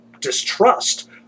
distrust